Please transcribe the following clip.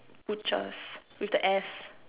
butchers with the S